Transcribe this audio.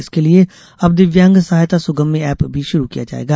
इसके लिए अब दिव्यांग सहायता सुगम्य ऐप भी शुरू किया जायेगा